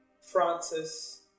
Francis